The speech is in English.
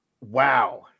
wow